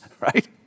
right